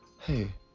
hey